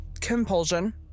compulsion